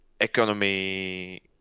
economy